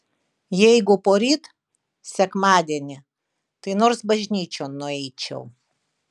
jeigu poryt sekmadienį tai nors bažnyčion nueičiau